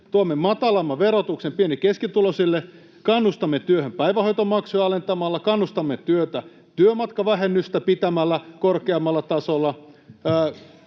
tuomme matalamman verotuksen pieni- ja keskituloisille, kannustamme työhön päivähoitomaksuja alentamalla, kannustamme työhön pitämällä työmatkavähennystä korkeammalla tasolla,